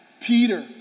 Peter